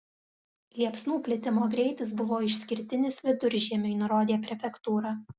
liepsnų plitimo greitis buvo išskirtinis viduržiemiui nurodė prefektūra